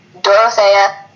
Dorothea